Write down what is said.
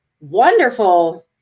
wonderful